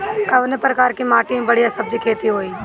कवने प्रकार की माटी में बढ़िया सब्जी खेती हुई?